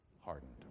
hardened